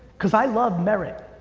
cause i love merit.